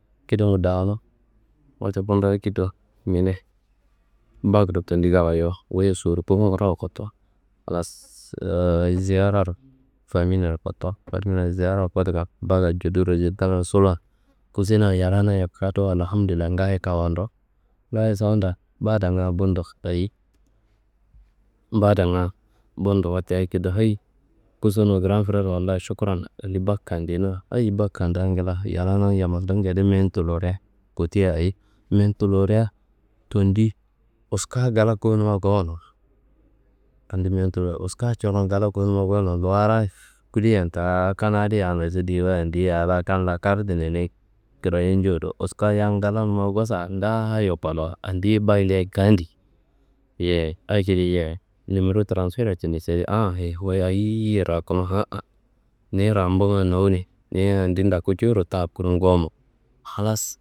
Kidangu dawuno, wote bundo akedo mene, bakro tendi gawayo. Wu sorko nguroro kotowo, halas zeararo faminiaro kotowo. Faminia zeararo kotuwan bakka jodu resiltanga suluwan kusenan yallana yaka do Alhamdullayi ngayo kawando. Ngayo sawanda badanga bundo, ayi badanga bundo wote akedo hayi kusono gra frer Wallayi šukuron. Andi bak gade no, ayi bak gadea ngla yallana yammando ngede meye n tullirea kawutia ayi? Meye n tullurea tendi wuska gala gonumma gowono. Andi meyen tullo wuska coron gala konumma gowono luwarayi kudeia taan kan adi a nosu diyewa, andiyi ala kan kartune lenei kraye njudo wuskayi yan galanumma kosa ngaayo kolowo. Andiye baknde kade yeyi akedi njeyi, nimero transfereye tullo sede an an yeyi wuyi ayiye rakunu an an niyi ramburoyi nowune, ni andi n ndoku jowuro taab kurun gowomo halas.